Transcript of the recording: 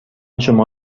شما